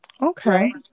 okay